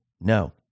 No